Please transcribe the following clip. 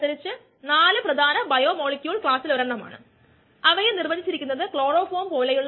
5 മില്ലിമോളറിൽ താഴെയാണെങ്കിൽ വിഷവസ്തു കോശങ്ങളുടെ വളർച്ചയെ ബാധിക്കില്ല